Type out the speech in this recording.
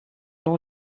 nom